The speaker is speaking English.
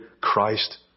Christ